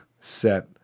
set